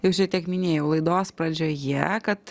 jau šitiek minėjau laidos pradžioje kad